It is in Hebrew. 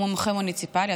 הוא מומחה מוניציפלי,